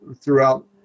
throughout